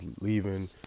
leaving